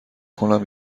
کنم